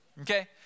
Okay